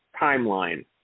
timeline